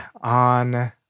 on